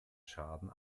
schaden